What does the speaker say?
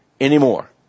anymore